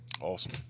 Awesome